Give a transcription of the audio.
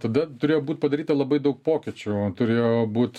tada turėjo būt padaryta labai daug pokyčių turėjo būt